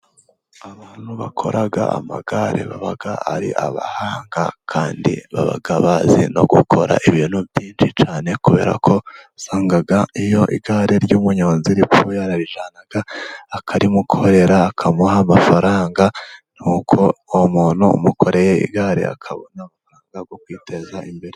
Abantu bakora amagare baba ari abahanga, kandi baba bazi no gukora ibintu byinshi cyane. Kubera ko usanga iyo igare ry'umuyonzi ripfuye, ararijyana akarimukorera akamuha amafaranga. Nuko uwo muntu umukoreye igare akabona amafaranga yo kwiteza imbere.